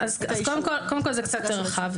אם כן, קודם כל, זה קצת יותר רחב.